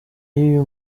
y’uyu